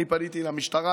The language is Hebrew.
אני פניתי למשטרה,